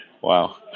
Wow